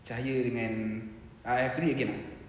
cahaya dengan I have to read again